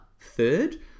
third